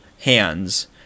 hands